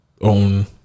own